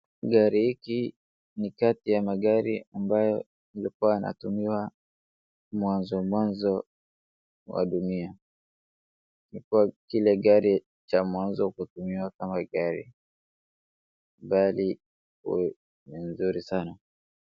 Gari hiki ni kati ya magari ambayo ilikua inatumiwa mwanzo mwanzo wa dunia. Kila gari cha mwanzo kutumiwa kama gari, bali ni mzuri sana.